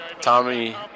Tommy